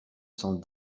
cent